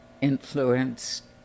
influenced